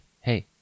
Hey